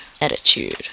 attitude